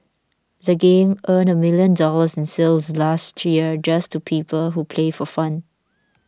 the game earned a million dollars in sales last year just to people who play for fun